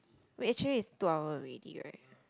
wait actually is two hour already right